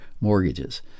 mortgages